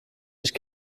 nicht